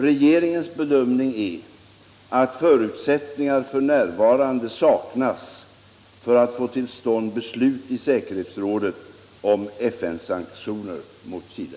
Regeringens bedömning är att förutsättningar för närvarande saknas för att få till stånd beslut i säkerhetsrådet om FN-sanktioner mot Chile.